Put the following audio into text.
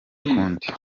ukundi